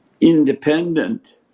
independent